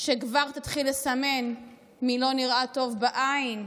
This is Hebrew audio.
שכבר תתחיל לסמן מי לא נראה טוב בעין,